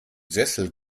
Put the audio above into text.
sessel